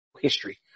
history